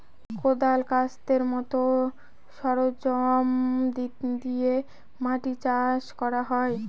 কোঁদাল, কাস্তের মতো সরঞ্জাম দিয়ে মাটি চাষ করা হয়